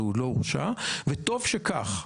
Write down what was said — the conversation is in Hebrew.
וטוב שכך.